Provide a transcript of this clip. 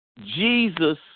Jesus